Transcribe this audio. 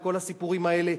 וכל הסיפורים האלה.